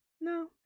no